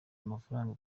amafaranga